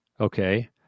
okay